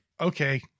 Okay